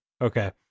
okay